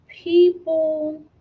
People